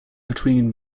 between